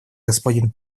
господин